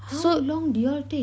how long did y'all take